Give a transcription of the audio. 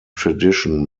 tradition